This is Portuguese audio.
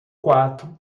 quatro